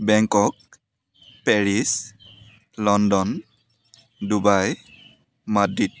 Bangkok Paris London Dubai Madrid